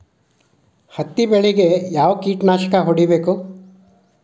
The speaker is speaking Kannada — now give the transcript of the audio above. ಹತ್ತಿ ಬೆಳೇಗ್ ಯಾವ್ ಕೇಟನಾಶಕ ಹೋಡಿಬೇಕು?